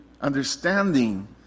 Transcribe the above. understanding